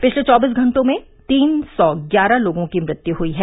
पिछले चौबीस घंटों में तीन सौ ग्यारह लोगों की मृत्यु हुयी है